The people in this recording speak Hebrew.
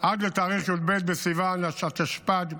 עד לתאריך י"ב בסיוון התשפ"ד,